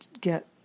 get